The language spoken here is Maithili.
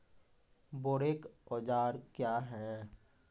बोरेक औजार क्या हैं?